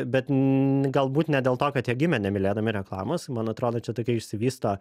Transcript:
bet n galbūt ne dėl to kad jie gimė nemylėdami reklamos man atrodo čia tokia išsivysto